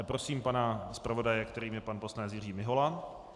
Prosím pana zpravodaje, kterým je pan poslanec Jiří Mihola.